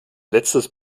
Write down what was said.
letztes